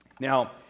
Now